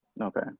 Okay